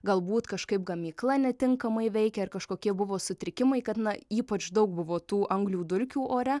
galbūt kažkaip gamykla netinkamai veikė ir kažkokie buvo sutrikimai kada na ypač daug buvo tų anglių dulkių ore